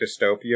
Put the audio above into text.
dystopia